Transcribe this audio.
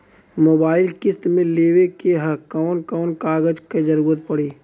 Mobile किस्त मे लेवे के ह कवन कवन कागज क जरुरत पड़ी?